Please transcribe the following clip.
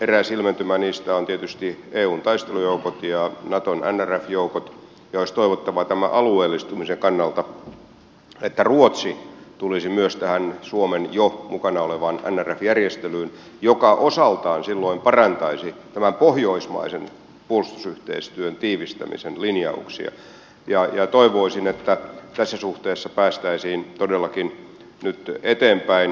eräs ilmentymä niistä on tietysti eun taistelujoukot ja naton nrf joukot ja olisi toivottavaa tämän alueellistumisen kannalta että ruotsi tulisi myös tähän nrf järjestelyyn jossa suomi on jo mukana mikä osaltaan silloin parantaisi tämän pohjoismaisen puolustusyhteistyön tiivistämisen linjauksia ja toivoisin että tässä suhteessa päästäisiin todellakin nyt eteenpäin